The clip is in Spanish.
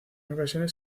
ocasiones